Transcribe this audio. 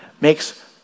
makes